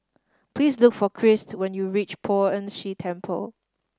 please look for Christ when you reach Poh Ern Shih Temple